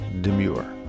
Demure